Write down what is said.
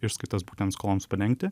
išskaitas būtent skoloms padengti